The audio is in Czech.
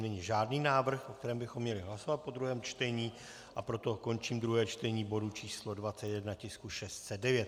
Není žádný návrh, o kterém bychom měli hlasovat po druhém čtení, proto končím druhé čtení bodu číslo 21, tisku 609.